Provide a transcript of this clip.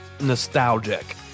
nostalgic